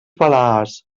balears